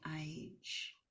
age